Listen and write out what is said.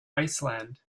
iceland